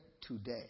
today